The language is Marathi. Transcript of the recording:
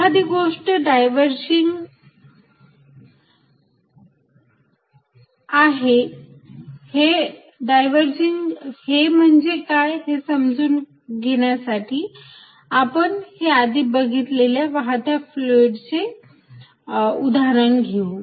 एखादी गोष्ट डायव्हर्जिंग हे म्हणजे काय हे समजून घेण्यासाठी आपण या आधी बघितलेले वाहत्या फ्लुईडचे उदाहरण घेऊ